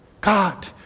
God